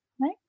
right